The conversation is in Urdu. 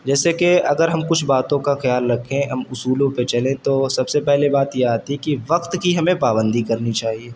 جیسے کہ اگر ہم کچھ باتوں کا خیال رکھیں ہم اصولوں پہ چلیں تو سب سے پہلے بات یہ آتی ہے کہ وقت کی ہمیں پابندی کرنی چاہیے